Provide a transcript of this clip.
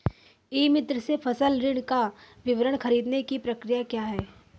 ई मित्र से फसल ऋण का विवरण ख़रीदने की प्रक्रिया क्या है?